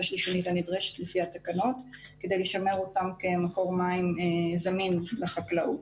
השלישונית הנדרשת לפי התקנות כדי לשמר אותם כמקור מים זמין לחקלאות.